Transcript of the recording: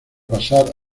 pasar